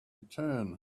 return